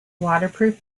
waterproof